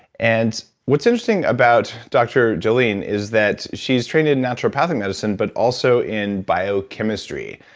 and what's interesting about dr. jolene, is that she's trained in naturopathic medicine, but also in biochemistry,